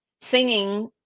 singing